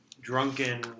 drunken